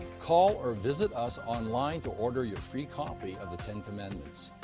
call or visit us online to order your free copy of the ten commandments